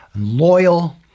Loyal